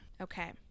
okay